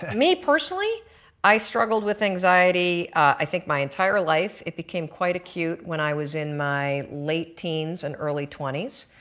me personally i struggled with anxiety i think my entire life, it became quite acute when i was in my late teens and early twenties.